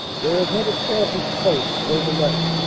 where it had established posts over night,